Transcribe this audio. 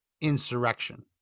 insurrection